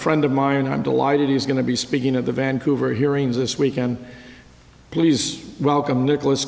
friend of mine and i'm delighted he's going to be speaking at the vancouver hearings this weekend please welcome nicholas